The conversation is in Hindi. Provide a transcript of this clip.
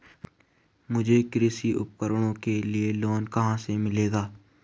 मुझे कृषि उपकरणों के लिए लोन कहाँ से मिलेगा?